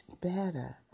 better